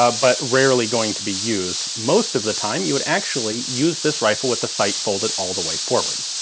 ah but rarely going to be used. most of the time you would actually use this rifle with the sight folded all the way forward.